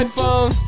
IPhone